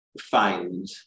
find